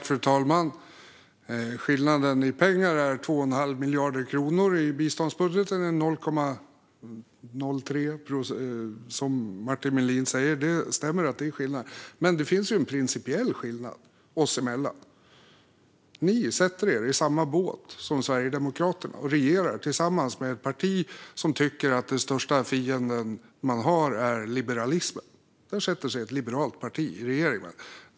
Fru talman! Skillnaden i pengar är 2 1⁄2 miljard kronor i biståndsbudgeten. Det är 0,03 procentenheter, som Martin Melin säger. Det är skillnaden. Men det finns en principiell skillnad oss emellan: Ni sätter er i samma båt som Sverigedemokraterna och regerar tillsammans med ett parti som tycker att den största fienden man har är liberalismen. I en sådan regering sätter sig ett liberalt i parti.